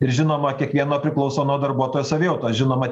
ir žinoma kiekvieno priklauso nuo darbuotojo savijautos žinoma